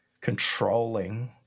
controlling